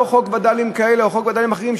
לא חוק וד"לים כאלה או חוק וד"לים אחרים,